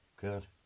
good